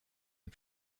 est